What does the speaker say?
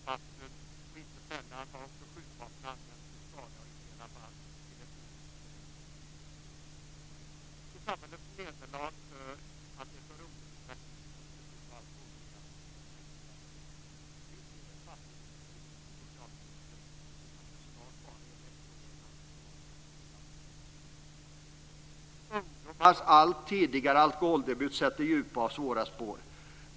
Ungdomars allt tidigare alkoholdebut sätter djupa och svåra spår.